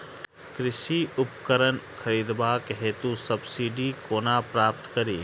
कृषि उपकरण खरीदबाक हेतु सब्सिडी कोना प्राप्त कड़ी?